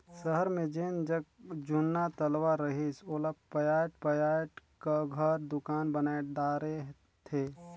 सहर मे जेन जग जुन्ना तलवा रहिस ओला पयाट पयाट क घर, दुकान बनाय डारे थे